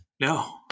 No